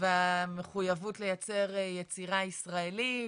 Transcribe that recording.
והמחויבות לייצר יצירה ישראלית,